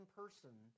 person